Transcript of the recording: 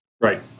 Right